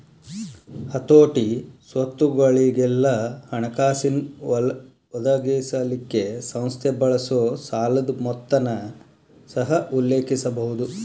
ಹತೋಟಿ, ಸ್ವತ್ತುಗೊಳಿಗೆಲ್ಲಾ ಹಣಕಾಸಿನ್ ಒದಗಿಸಲಿಕ್ಕೆ ಸಂಸ್ಥೆ ಬಳಸೊ ಸಾಲದ್ ಮೊತ್ತನ ಸಹ ಉಲ್ಲೇಖಿಸಬಹುದು